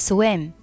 Swim